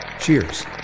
Cheers